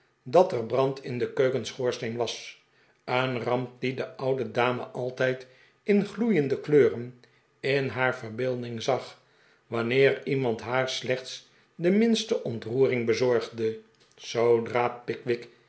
dat er brand in den keukenschoorsteen was een ramp die de oude damealtijd in gloeiende kleuren in haar verbeelding zag wanneer iemand haar slechts de minste ontroering bezorgde zoodra pickwick